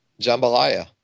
jambalaya